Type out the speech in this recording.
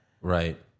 right